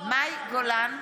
מאי גולן,